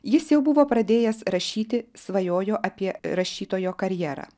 jis jau buvo pradėjęs rašyti svajojo apie rašytojo karjerą